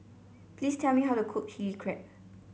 please tell me how to cook Chili Crab